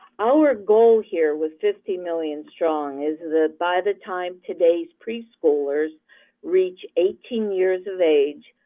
our goal here with fifty million strong is that by the time today's preschoolers reach eighteen years of age,